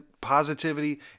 positivity